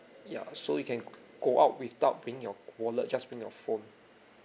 ya so you can go out without bringing your wallet just bring your phone